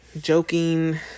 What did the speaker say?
joking